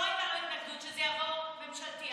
לא הייתה לו התנגדות שזה יעבור ממשלתית.